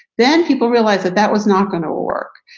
then people realized that that was not going to work.